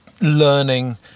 learning